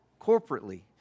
corporately